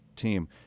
team